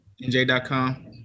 NJ.com